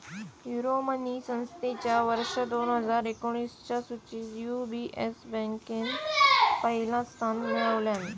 Euromoney संस्थेच्या वर्ष दोन हजार एकोणीसच्या सुचीत यू.बी.एस बँकेन पहिला स्थान मिळवल्यान